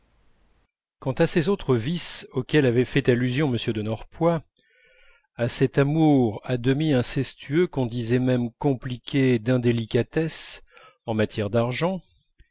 quant à ces autres vices auxquels avait fait allusion m de norpois à cet amour à demi incestueux qu'on disait même compliqué d'indélicatesse en matière d'argent